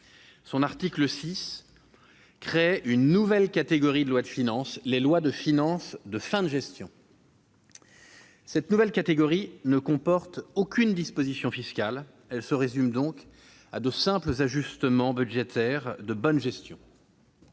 dont l'article 6 crée une nouvelle catégorie de lois de finances : les lois de finances de fin de gestion. Cette nouvelle catégorie ne comporte aucune disposition fiscale. Elle se résume donc à de simples ajustements budgétaires de bonne gestion.